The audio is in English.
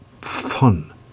fun